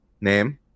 name